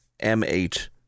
M8